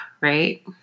right